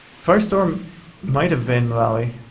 firestorm might have been valley.